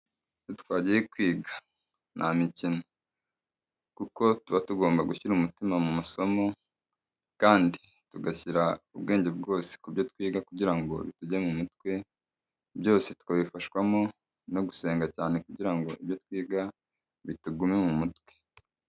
Iyo twagiye kwiga nta mikino, kuko tuba tugomba gushyira umutima mu masomo kandi tugashyira ubwenge bwose ku byo twiga, kugira ngo bitujye mu mitwe byose. Twabifashwamo no gusenga cyane kugira ibyo twiga bitugume mu mutwe.